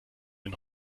den